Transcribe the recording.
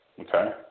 okay